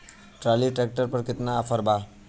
Trolley tractor पर केतना offer बा?